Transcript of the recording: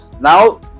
Now